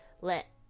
let